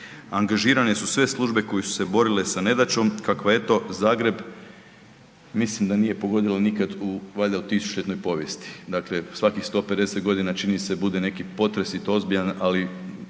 Angažirane su sve službe koje su se borile sa nedaćom kakva eto Zagreb mislim da nije pogodilo nikad u valjda u tisućljetnoj povijesti, dakle svakih 150.g. čini se bude neki potres i to ozbiljan, ali